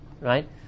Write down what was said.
Right